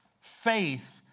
faith